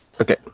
Okay